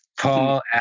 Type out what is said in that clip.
Paul